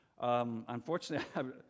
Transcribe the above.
Unfortunately